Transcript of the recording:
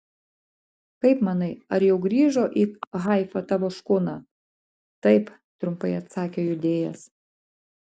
kaip manai ar jau grįžo į haifą tavo škuna taip trumpai atsakė judėjas